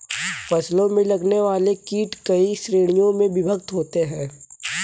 फसलों में लगने वाले कीट कई श्रेणियों में विभक्त होते हैं